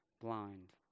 blind